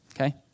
Okay